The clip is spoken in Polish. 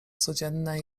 codzienne